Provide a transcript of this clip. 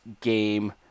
game